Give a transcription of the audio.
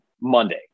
Monday